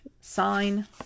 sign